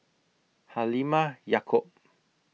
Halimah Yacob